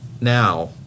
now